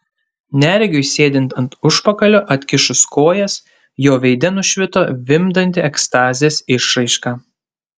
neregiui sėdint ant užpakalio atkišus kojas jo veide nušvito vimdanti ekstazės išraiška